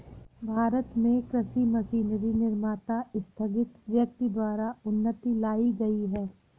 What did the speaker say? भारत में कृषि मशीनरी निर्माता स्थगित व्यक्ति द्वारा उन्नति लाई गई है